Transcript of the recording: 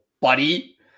buddy